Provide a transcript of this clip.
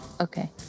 Okay